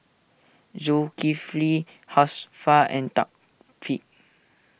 Zulkifli Hafsa and Thaqif